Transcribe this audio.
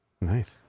Nice